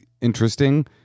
interesting